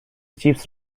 چیپس